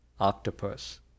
octopus